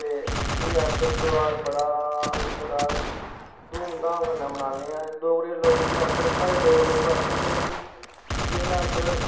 ते एह् अस ध्यार बड़ा ही बड़ा धूमधाम कन्नै मनान्ने आं डोगरी लोक ते अस साढ़े डोगरे लोक ते अस इसी इस दिन अस